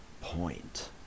point